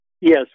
Yes